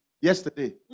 yesterday